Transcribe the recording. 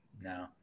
No